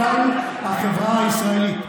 בכל מדינות ערב מחייבים אנשים להתגייס.